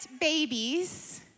babies